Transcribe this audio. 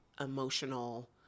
emotional